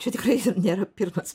čia tikrai nėra pats